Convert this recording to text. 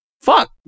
Fuck